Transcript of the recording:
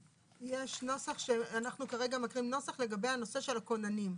אנחנו כרגע מקריאים נוסח לגבי הנושא של הכוננים.